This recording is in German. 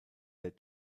der